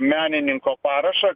menininko parašą